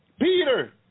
Peter